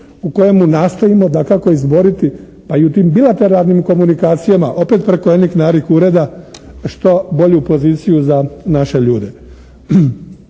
u kojemu nastojimo dakako izboriti pa i u tim bilateralnim komunikacijama, opet preko jednih eniknarik ureda, što bolju poziciju za naše ljude.